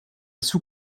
sous